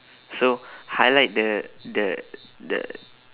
so highlight the the the